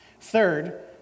Third